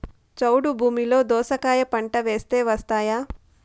చౌడు భూమిలో దోస కాయ పంట వేస్తే వస్తాయా?